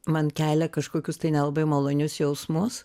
man kelia kažkokius tai nelabai malonius jausmus